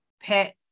pet